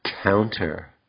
Counter